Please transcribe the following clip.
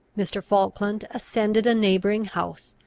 mr. falkland ascended a neighbouring house,